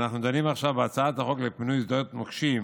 אנחנו דנים עכשיו בהצעת חוק לפינוי שדות מוקשים,